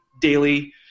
daily